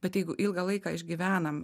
bet jeigu ilgą laiką išgyvenam